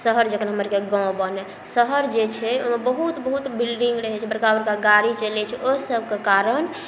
शहर जखन हमरा आरके गाँव बनै शहर जे छै ओहिमे बहुत बहुत बिल्डिङ्ग रहै छै बड़का बड़का गाड़ी चलै छै ओहि सबके कारण